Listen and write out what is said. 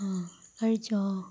ആ കഴിച്ചോ